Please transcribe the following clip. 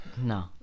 No